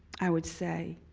i would say,